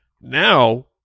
Now